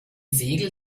segel